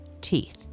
teeth